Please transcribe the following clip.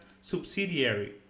subsidiary